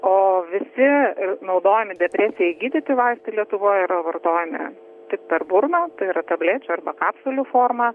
o visi naudojami depresijai gydyti vaistai lietuvoje yra vartojami tik per burną tai yra tablečių arba kapsulių forma